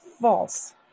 false